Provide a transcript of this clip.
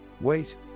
Wait